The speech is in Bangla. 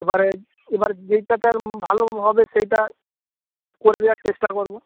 এবারে এবার যেইটা তার ভালো হবে সেইটা করে দেওয়ার চেষ্টা করব